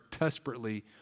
desperately